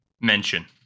mention